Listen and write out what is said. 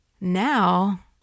Now